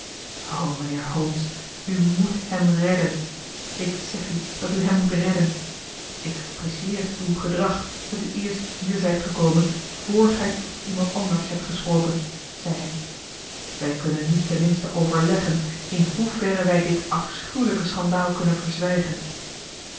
o mijnheer holmes u moet hem redden ik zeg u dat u hem moet redden ik apprecieer uw gedrag dat u eerst hier zijt gekomen voor gij tot iemand anders hebt gesproken zei hij wij kunnen nu ten minste overleggen in hoeverre wij dit afschuwelijke schandaal kunnen verzwijgen